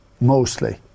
mostly